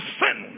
sin